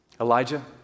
Elijah